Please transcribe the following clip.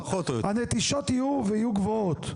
אז הנטישות יהיו ויהיו גבוהות.